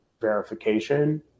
verification